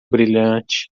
brilhante